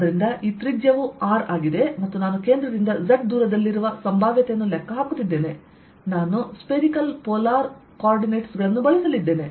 ಆದ್ದರಿಂದ ಈ ತ್ರಿಜ್ಯವು r ಆಗಿದೆ ಮತ್ತು ನಾನು ಕೇಂದ್ರದಿಂದ z ದೂರದಲ್ಲಿರುವ ಸಂಭಾವ್ಯತೆಯನ್ನು ಲೆಕ್ಕ ಹಾಕುತ್ತಿದ್ದೇನೆ ನಾನು ಸ್ಪೆರಿಕಲ್ ಪೋಲಾರ್ ನಿರ್ದೇಶಾಂಕಗಳನ್ನು ಬಳಸಲಿದ್ದೇನೆ